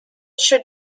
should